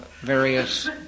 various